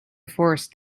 forest